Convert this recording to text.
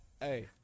Hey